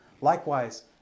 Likewise